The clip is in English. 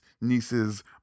nieces